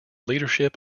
leadership